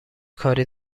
کاری